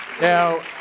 Now